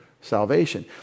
salvation